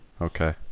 Okay